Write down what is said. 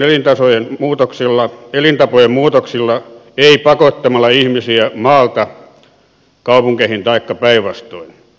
ilmastonmuutosta ehkäistään elintapojen muutoksilla ei pakottamalla ihmisiä maalta kaupunkeihin taikka päinvastoin